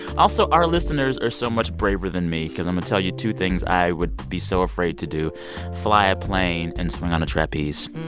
also, our listeners are so much braver than me cause i'ma tell you two things i would be so afraid to do fly a plane and swing on a trapeze.